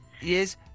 Yes